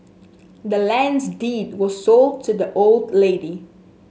the land's deed was sold to the old lady